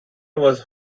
was